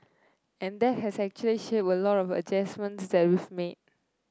and that has actually shaped a lot of the adjustments that we've made